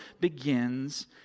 begins